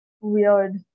weird